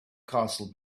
castle